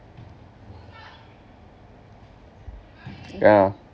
yeah